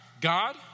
God